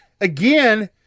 Again